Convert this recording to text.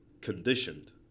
conditioned